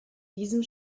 diesem